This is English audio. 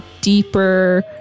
deeper